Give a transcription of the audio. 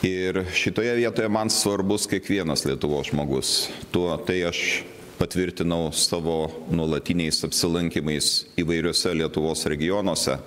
ir šitoje vietoje man svarbus kiekvienas lietuvos žmogus tuo tai aš patvirtinau savo nuolatiniais apsilankymais įvairiuose lietuvos regionuose